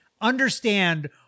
understand